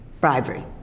bribery